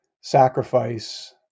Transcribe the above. sacrifice